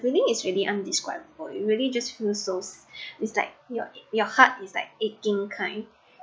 feeling is really undescribable it really just feels so is like your your heart is like aching kind